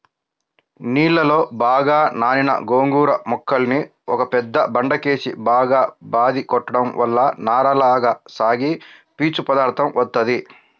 నీళ్ళలో బాగా నానిన గోంగూర మొక్కల్ని ఒక పెద్ద బండకేసి బాగా బాది కొట్టడం వల్ల నారలగా సాగి పీచు పదార్దం వత్తది